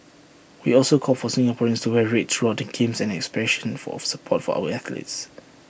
we also call for Singaporeans to wear red throughout the games as an expression for support for our athletes